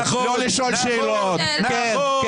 נכון, נכון.